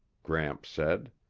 gramps said.